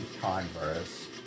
converse